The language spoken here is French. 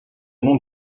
nom